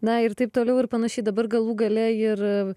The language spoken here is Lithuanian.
na ir taip toliau ir panašiai dabar galų gale ir